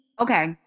okay